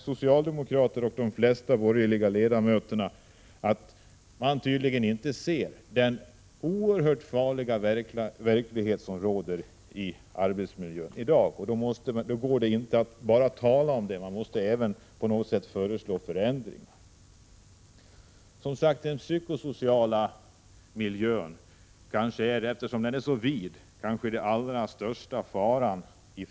Socialdemokraterna och de flesta borgerliga ledamöter ser tydligen inte att arbetsmiljön i dag är oerhört farlig. Det räcker inte att bara tala om detta, man måste också föreslå förändringar. Den psykosociala miljön är kanske — eftersom frågan är så vid — den allra största faran.